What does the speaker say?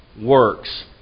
works